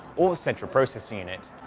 or central processing unit.